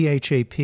CHAP